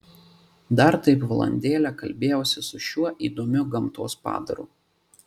dar taip valandėlę kalbėjausi su šiuo įdomiu gamtos padaru